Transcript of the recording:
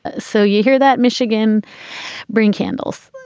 ah so you hear that michigan bring candles.